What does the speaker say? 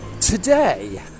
Today